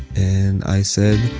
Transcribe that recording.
and i said,